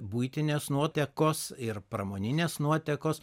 buitinės nuotekos ir pramoninės nuotekos